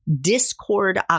Discord